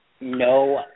no